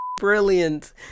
brilliant